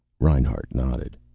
reinhart nodded.